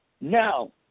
now